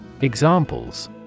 Examples